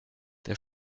der